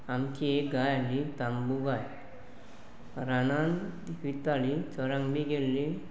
आमची एक गाय आसली तांबू गाय रानान ती वयताली चोरांग बी गेल्ली